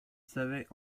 savait